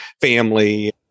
family